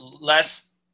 less